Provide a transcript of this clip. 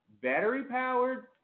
battery-powered